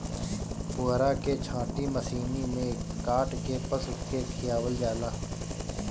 पुअरा के छाटी मशीनी में काट के पशु के खियावल जाला